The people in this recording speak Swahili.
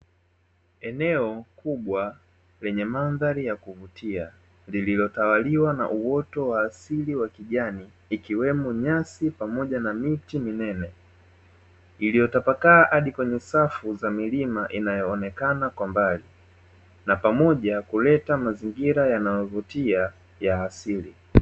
Eneo kubwa lenye mandhali ya kuvutia, lililitawaliwa na uoto wa asili wa kijani, kiwemo nyasi pamoja na miti minene, iliyotapakaa hadi kwenye safu za milima iliyopo kwa mbali, na pamoja kuleta mazingira yanayovutia ya asili.